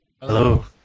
Hello